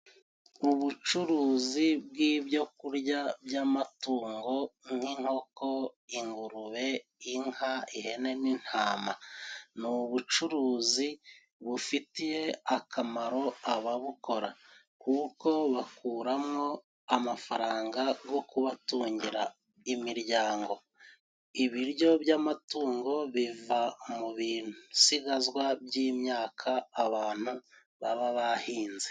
Ubucuruzi bw'ibyo kurya by'amatungo nk'inkoko, ingurube, inka, ihene n'intama ni ubucuruzi bufitiye akamaro ababukora kuko bakuramwo amafaranga go kubatungira imiryango. Ibiryo by'amatungo biva mu bisigazwa by'imyaka abantu baba bahinze.